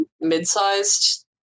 mid-sized